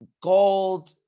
gold